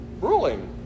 ruling